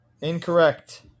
Incorrect